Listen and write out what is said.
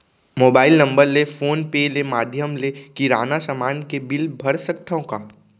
Mobile number ले PhonePe ले माधयम ले किराना समान के बिल भर सकथव का?